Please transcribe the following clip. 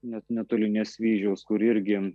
ne netoli nesvyžiaus kuri irgi